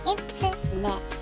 Internet